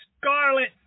scarlet